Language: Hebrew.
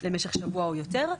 למשך שבוע או יותר,